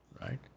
right